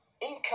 income